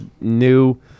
new